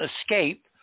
escape